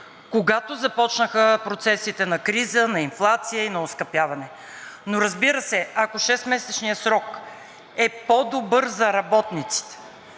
когато започнаха процесите на криза, на инфлация и на оскъпяване, но разбира се, ако 6-месечният срок е по-добър за работниците